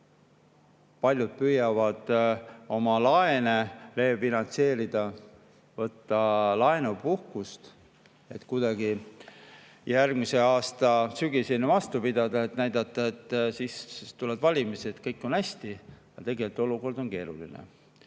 Paljud püüavad oma laene refinantseerida, võtta laenupuhkust, et kuidagi järgmise aasta sügiseni vastu pidada, et näidata, et siis tulevad valimised, kõik on hästi. Tegelikult on olukord keeruline.